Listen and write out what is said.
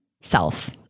self